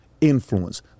influence